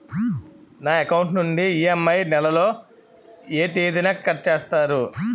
నా అకౌంట్ నుండి ఇ.ఎం.ఐ నెల లో ఏ తేదీన కట్ చేస్తారు?